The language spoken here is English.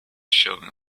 showing